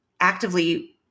actively